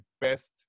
best